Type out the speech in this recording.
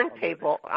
people